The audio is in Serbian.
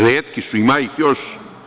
Retki su, ima ih još.